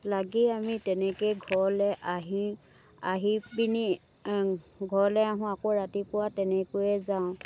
লাগি আমি তেনেকৈয়ে ঘৰলৈ আহি আহিপেনি ঘৰলৈ আহোঁ আকৌ ৰাতিপুৱা তেনেকৈয়ে যাওঁ